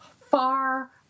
far